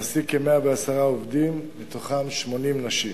מעסיק כ-100 עובדים, מתוכם 80 נשים.